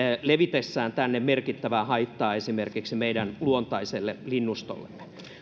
levitessään merkittävää haittaa esimerkiksi meidän luontaiselle linnustollemme